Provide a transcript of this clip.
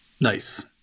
Nice